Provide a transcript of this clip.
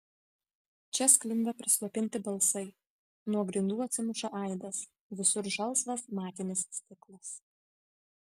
čia sklinda prislopinti balsai nuo grindų atsimuša aidas visur žalsvas matinis stiklas